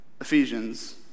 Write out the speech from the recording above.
Ephesians